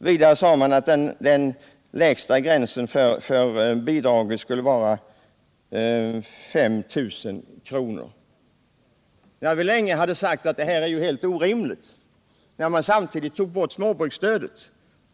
Vidare sade man att den lägsta gränsen för bidraget skulle vara 5 000 kr. Detta samtidigt som man tog bort småbruksstödet.